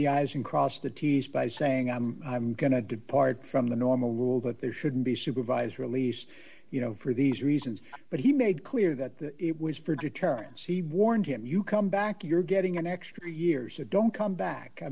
i's and cross the t s by saying i'm i'm going to depart from the normal rule but there shouldn't be supervised release you know for these reasons but he made clear that it was for deterrent she warned him you come back you're getting an extra years of don't come back i